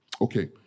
Okay